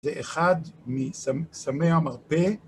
זה אחד מסמי המרפא.